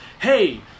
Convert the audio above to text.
hey